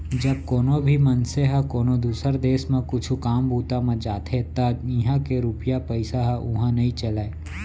जब कोनो भी मनसे ह कोनो दुसर देस म कुछु काम बूता म जाथे त इहां के रूपिया पइसा ह उहां नइ चलय